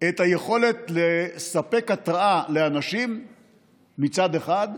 את היכולת לספק התרעה לאנשים מצד אחד,